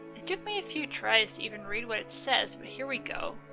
it took me a few tries to even read what it says, but here we go.